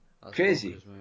crazy